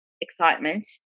Excitement